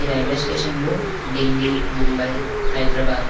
ఈ రైల్వేస్టేషన్లో ఢిల్లీ ముంబై హైదరాబాద్